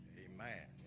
hey, man,